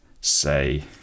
say